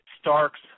Starks